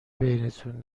بینتون